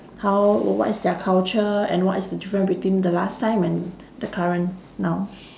how what is their culture and what is the difference between the last time and the current now